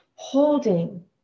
holding